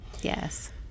Yes